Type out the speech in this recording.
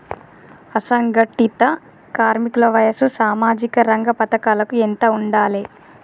అసంఘటిత కార్మికుల వయసు సామాజిక రంగ పథకాలకు ఎంత ఉండాలే?